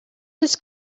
this